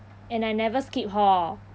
and I never skip hor